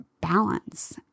balance